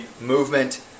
movement